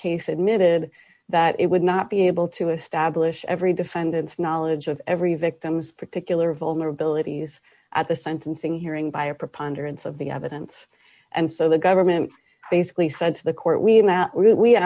case admitted that it would not be able to establish every defendant's knowledge of every victim's particular vulnerabilities at the sentencing hearing by a preponderance of the evidence and so the government basically said to the court we